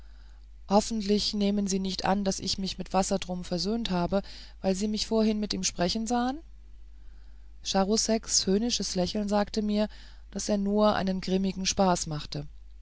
hoffentlich nehmen sie nicht an daß ich mich mit wassertrum versöhnt habe weil sie mich vorhin mit ihm sprechen sahen charouseks höhnisches lächeln sagte mir daß er nur einen grimmigen spaß machte